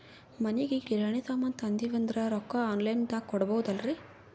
ಮನಿಗಿ ಕಿರಾಣಿ ಸಾಮಾನ ತಂದಿವಂದ್ರ ರೊಕ್ಕ ಆನ್ ಲೈನ್ ದಾಗ ಕೊಡ್ಬೋದಲ್ರಿ?